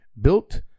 Built